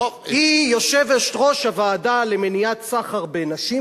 היא יושבת-ראש הוועדה למניעת סחר בנשים,